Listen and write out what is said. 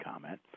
comment